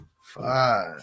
five